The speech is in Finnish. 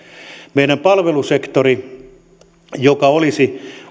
meidän palvelusektori joka olisi